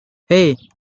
hey